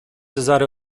cezary